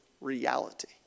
reality